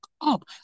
up